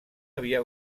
havia